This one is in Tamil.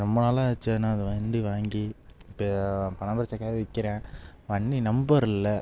ரொம்ப நாளாச்சு ஆனால் அது வண்டி வாங்கி இப்போ பணப் பிரச்சினைக்காக விற்கறேன் வண்டி நம்பர் இல்லை